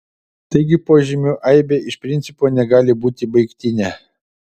taigi požymių aibė iš principo negali būti baigtinė